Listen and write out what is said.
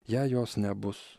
jei jos nebus